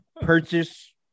purchase